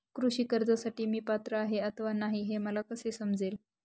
कृषी कर्जासाठी मी पात्र आहे अथवा नाही, हे मला कसे समजेल?